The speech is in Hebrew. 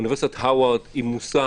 אוניברסיטת הרווארד היא מושא